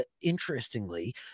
interestingly